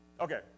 Okay